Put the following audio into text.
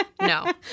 No